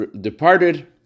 departed